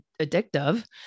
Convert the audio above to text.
addictive